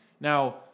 Now